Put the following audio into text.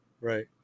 Right